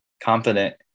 confident